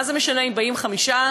מה זה משנה אם באים חמישה,